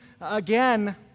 again